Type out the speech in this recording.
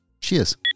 Cheers